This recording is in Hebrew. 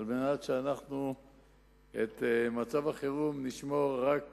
כדי שאת מצב החירום נשמור רק